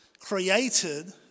created